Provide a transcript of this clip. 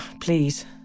please